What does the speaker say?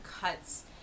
cuts